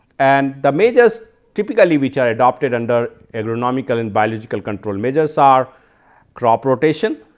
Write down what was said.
and the measures typically which are adopted under agronomical and biological control measures are crop rotation,